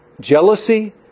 jealousy